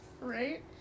right